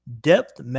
depth